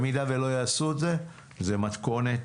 במידה ולא יעשו את זה, מה מתכונת,